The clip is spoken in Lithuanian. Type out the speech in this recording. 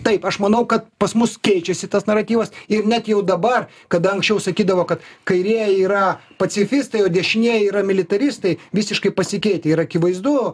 taip aš manau kad pas mus keičiasi tas naratyvas ir net jau dabar kada anksčiau sakydavo kad kairieji yra pacifistai o dešinieji yra militaristai visiškai pasikeitę ir akivaizdu